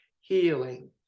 healing